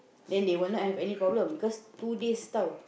then they will not have any problem because two days tau